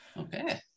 Okay